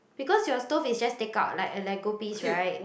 because your stove is just take out like a lego piece right